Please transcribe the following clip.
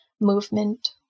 movement